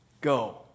Go